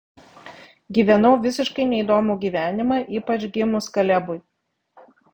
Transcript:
gyvenau visiškai neįdomų gyvenimą ypač gimus kalebui